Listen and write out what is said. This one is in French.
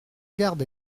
garde